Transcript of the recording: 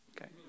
okay